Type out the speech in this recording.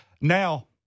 now